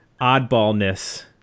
oddballness